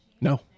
No